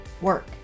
work